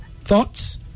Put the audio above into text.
Thoughts